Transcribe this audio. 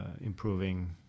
improving